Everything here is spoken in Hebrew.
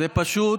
יואב,